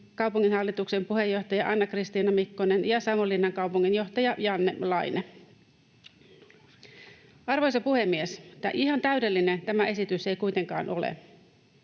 kaupunginhallituksen puheenjohtaja Anna-Kristiina Mikkosta ja Savonlinnan kaupunginjohtaja Janne Lainetta. Arvoisa puhemies! Ihan täydellinen tämä esitys ei kuitenkaan ole.